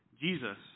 Jesus